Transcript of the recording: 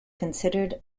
considered